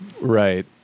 Right